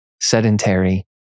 sedentary